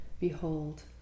behold